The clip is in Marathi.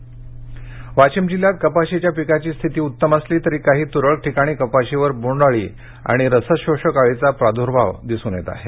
काप्स पीक वाशीम जिल्ह्यात कपाशीच्या पिकाची स्थिती उत्तम असली तरी काही तुरळक ठिकाणी कपाशीवर बोंडअळी आणि रसशोषक अळीचा प्राद्भाव आढळून येत आहे